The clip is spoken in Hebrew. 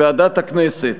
ועדת הכנסת,